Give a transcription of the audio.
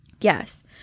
Yes